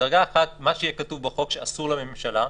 דרגה אחת, מה שיהיה כתוב בחוק שאסור לממשלה.